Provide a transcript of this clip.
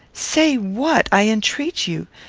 say what, i entreat you.